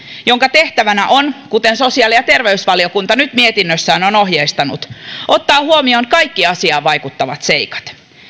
jonka tehtävänä on kuten sosiaali ja terveysvaliokunta nyt mietinnössään on ohjeistanut ottaa huomioon kaikki asiaan vaikuttavat seikat